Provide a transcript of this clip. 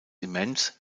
immens